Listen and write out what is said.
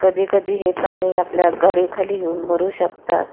कधीकधी हे प्राणी आपल्या गाडीखाली येऊन मरू शकतात